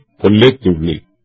collectively